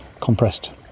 compressed